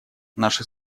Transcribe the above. наши